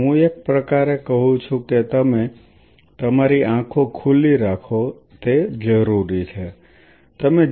તેથી હું એક પ્રકારે કહું છું કે તમે તમારી આંખો ખુલ્લી રાખો તે જરૂરી છે